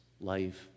life